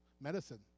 medicine